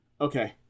Okay